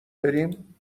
بریم